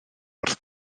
wrth